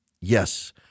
yes